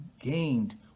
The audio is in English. gained